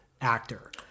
actor